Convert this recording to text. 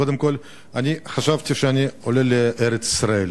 קודם כול, אני חשבתי שאני עולה לארץ-ישראל.